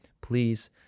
please